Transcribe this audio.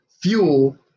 fuel